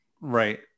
right